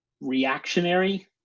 reactionary